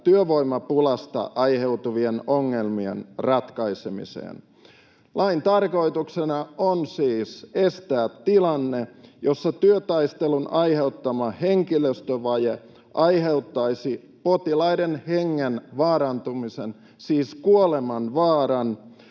työvoimapulasta aiheutuvien ongelmien ratkaisemiseen. Lain tarkoituksena on siis estää tilanne, jossa työtaistelun aiheuttama henkilöstövaje aiheuttaisi potilaiden hengen vaarantumisen, siis kuolemanvaaran,